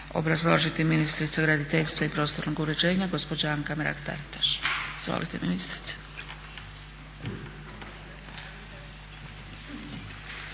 obrazložiti ministrica graditeljstva i prostornog uređenja gospođa Anka Mrak-Taritaš. Izvolite ministrice.